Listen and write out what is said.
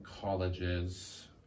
colleges